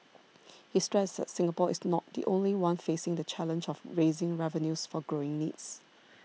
he stressed that Singapore is not the only one facing the challenge of raising revenues for growing needs